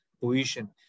position